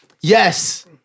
Yes